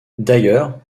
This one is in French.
d’ailleurs